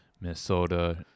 minnesota